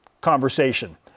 conversation